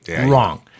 Wrong